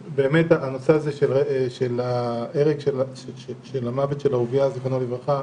של המוות של אהוביה זכרונו לברכה,